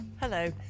Hello